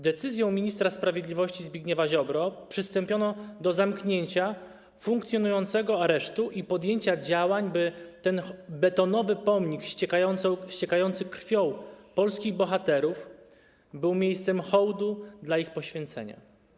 Decyzją ministra sprawiedliwości Zbigniewa Ziobry przystąpiono do zamknięcia funkcjonującego aresztu i podjęcia działań, by ten betonowy pomnik ociekający krwią polskich bohaterów był miejscem hołdu dla ich poświęcenia.